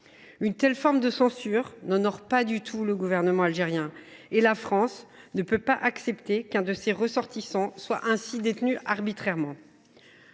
Une telle forme de censure n’honore pas du tout ce dernier et la France ne peut pas accepter que l’un de ses ressortissants soit ainsi détenu arbitrairement.